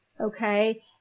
okay